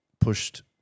pushed